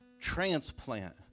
transplant